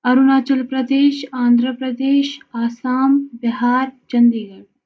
Arunachal Pradesh Andhra Pradesh Assam Bihar Chandigarh